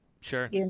sure